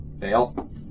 Fail